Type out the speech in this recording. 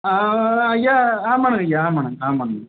ஐயா ஆமாம்ங்க ஐயா ஆமாம்ங்க ஆமாம்ங்க